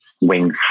wings